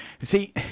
see